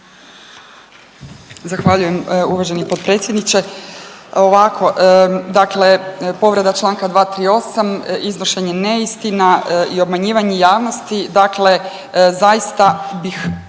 Zahvaljujem uvaženi potpredsjedniče. Ovako, dakle povreda čl. 238., iznošenje neistina i obmanjivanje javnosti, dakle zaista bih